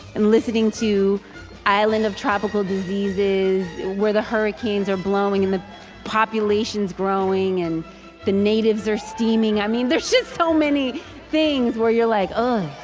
and listening to island of tropical diseases where the hurricanes are blowing in the populations growing and the natives are steaming i mean there's just so many things where you're leg oh.